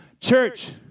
Church